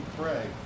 pray